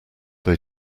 they